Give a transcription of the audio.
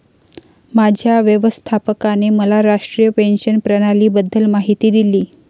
माझ्या व्यवस्थापकाने मला राष्ट्रीय पेन्शन प्रणालीबद्दल माहिती दिली